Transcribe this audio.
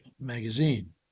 magazine